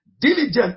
diligent